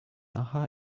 aha